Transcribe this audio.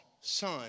son